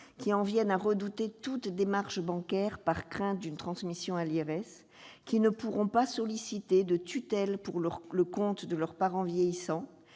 qui en viennent à redouter toute démarche bancaire par crainte d'une transmission de leurs données à l'IRS, qui ne peuvent pas solliciter de tutelle sur le compte de leurs parents vieillissants,